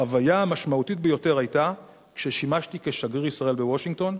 החוויה המשמעותית ביותר היתה כששימשתי כשגריר ישראל בוושינגטון.